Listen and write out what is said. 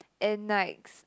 and likes